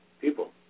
people